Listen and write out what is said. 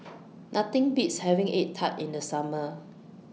Nothing Beats having Egg Tart in The Summer